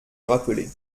rappeler